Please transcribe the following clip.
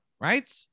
right